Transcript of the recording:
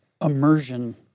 immersion